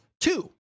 two